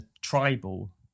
tribal